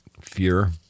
fear